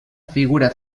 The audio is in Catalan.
figura